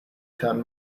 turn